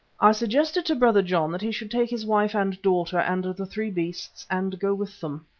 i suggested to brother john that he should take his wife and daughter and the three beasts and go with them.